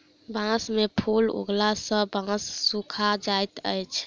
बांस में फूल उगला सॅ बांस सूखा जाइत अछि